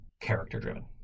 character-driven